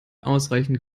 ausreichend